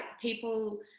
people